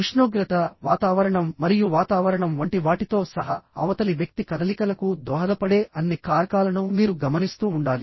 ఉష్ణోగ్రత వాతావరణం మరియు వాతావరణం వంటి వాటితో సహా అవతలి వ్యక్తి కదలికలకు దోహదపడే అన్ని కారకాలను మీరు గమనిస్తూ ఉండాలి